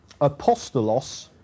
apostolos